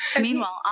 Meanwhile